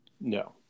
No